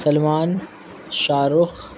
Salman Shah Rukh